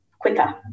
quicker